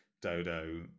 Dodo